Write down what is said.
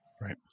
Right